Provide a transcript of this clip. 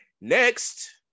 Next